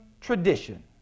tradition